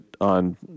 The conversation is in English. on